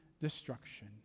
destruction